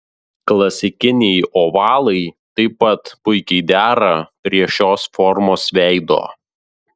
klasikiniai ovalai taip pat puikiai dera prie šios formos veido